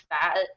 fat